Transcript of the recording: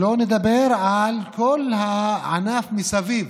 שלא נדבר על כל הענף מסביב: